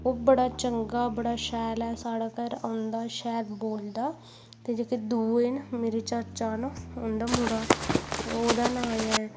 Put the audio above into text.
ओह् बड़ा चंगा बड़ा शैल ऐ ओह् साढ़े घरा औंदा शैल बोलदा ते जेह्के दूए न मेरे चाचा न उं'दा मुड़ा ओह्दा नांऽ ऐ